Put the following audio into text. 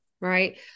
Right